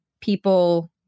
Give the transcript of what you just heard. people